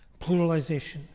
pluralization